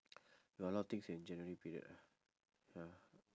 got a lot of things in january period ah ya